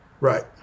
Right